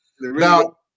Now